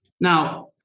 Now